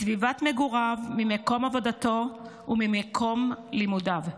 מסביבת מגוריו, ממקום עבודתו וממקום לימודיו.